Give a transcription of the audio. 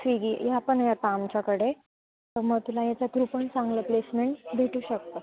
Swiggy ह्या पण येता आमच्याकडे तर मग तुला याच्या थ्रू पण चांगलं प्लेसमेंट भेटू शकता